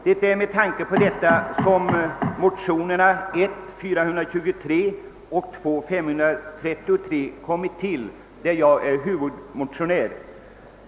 Det är med tanke på detta som motionerna I1:423 och II:533 kommit till med mig som huvudmotionär i andra kammaren.